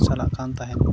ᱪᱟᱞᱟᱜ ᱠᱟᱱ ᱛᱟᱦᱮᱱ